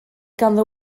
ganddo